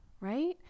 right